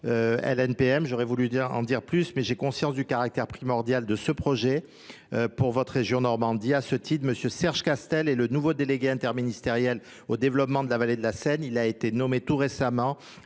LNPM, j'aurais voulu en dire plus mais j'ai conscience du caractère primordial de ce projet pour votre région normandie. A ce titre, M. Serge Castel est le nouveau délégué interministériel au développement de la vallée de la Seine. Il a été nommé tout récemment